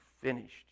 finished